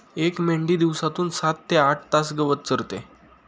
एक मेंढी दिवसातून सात ते आठ तास गवत चरते